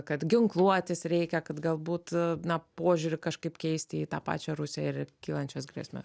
kad ginkluotis reikia kad galbūt na požiūrį kažkaip keisti į tą pačią rusiją ir kylančias grėsmes